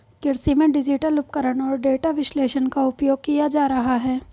कृषि में डिजिटल उपकरण और डेटा विश्लेषण का उपयोग किया जा रहा है